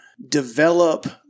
develop